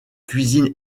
cuisines